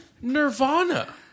Nirvana